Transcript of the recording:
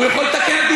הוא יכול לתקן אותי,